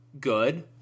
good